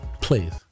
Please